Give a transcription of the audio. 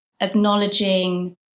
acknowledging